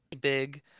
big